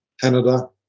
Canada